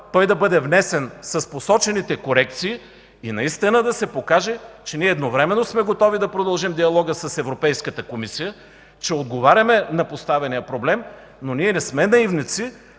той да бъде внесен с посочените корекции и наистина да се покаже, че ние едновременно сме готови да продължим диалога с Европейската комисия, че отговаряме на поставения проблем, но не сме наивници,